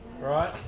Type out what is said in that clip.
Right